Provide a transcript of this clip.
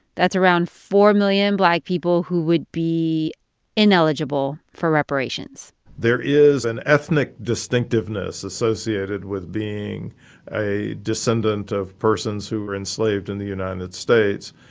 that's around four million black people who would be ineligible for reparations there is an ethnic distinctiveness associated with being a descendant of persons who were enslaved in the united states,